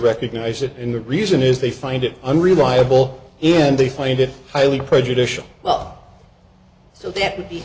recognize it and the reason is they find it unreliable and they find it highly prejudicial well so that would be